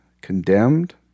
condemned